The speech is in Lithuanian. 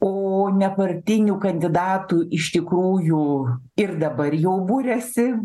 o nepartinių kandidatų iš tikrųjų ir dabar jau buriasi